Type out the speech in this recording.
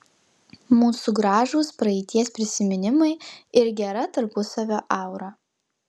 mūsų gražūs praeities prisiminimai ir gera tarpusavio aura